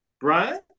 Brian